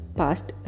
past